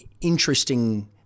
interesting